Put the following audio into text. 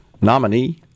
nominee